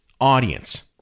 audience